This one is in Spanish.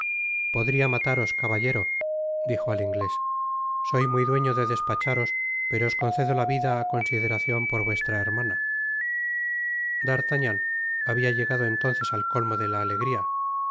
mataros caballero dijo al inglés soy muy dueño de despacharos pero os concedo la vida á consideracion por vuestra hermana d'artagnan habia llegado entonces al colmo de la alegria